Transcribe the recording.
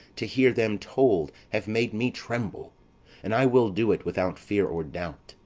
to hear them told, have made me tremble and i will do it without fear or doubt,